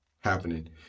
happening